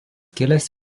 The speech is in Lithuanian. kilęs